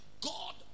God